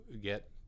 get